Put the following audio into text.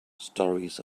stories